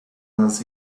nas